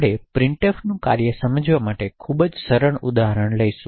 આપણે પ્રિન્ટફનું કાર્ય સમજવા માટે ખૂબ સરળ ઉદાહરણ લઈશું